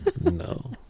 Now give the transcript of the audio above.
No